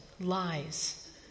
lies